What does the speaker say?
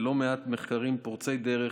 ולא מעט מחקרים פורצי דרך,